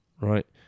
right